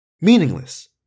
Meaningless